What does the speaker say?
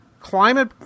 Climate